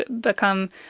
become